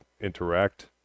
interact